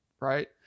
right